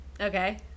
Okay